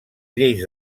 lleis